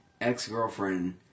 ex-girlfriend